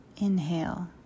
Inhale